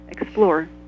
explore